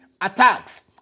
attacks